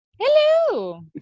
Hello